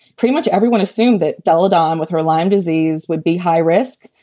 pretty much everyone assumed that dullahan with her lyme disease would be high risk.